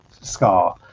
scar